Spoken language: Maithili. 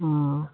हँ